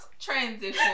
transition